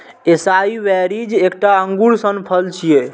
एसाई berries एकटा अंगूर सन फल छियै